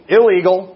Illegal